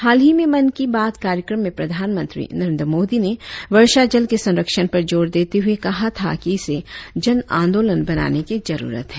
हाल ही में मन की बात कार्यक्रम में प्रधानमंत्री नरेंद्र मोदी ने वर्षा जल के संरक्षण पर जोर देते हुए कहा था कि इसे जन आंदोलन बनाने की जरुरत है